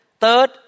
third